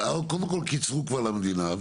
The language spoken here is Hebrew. קודם כל, קיצרו כבר למדינה.